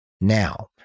Now